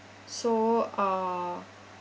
so uh